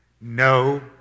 No